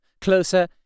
Closer